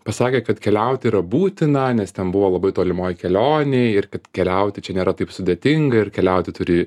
pasakė kad keliauti yra būtina nes ten buvo labai tolimoj kelionėj ir kad keliauti čia nėra taip sudėtinga ir keliauti turi